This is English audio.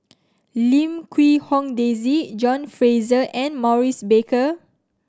Lim Quee Hong Daisy John Fraser and Maurice Baker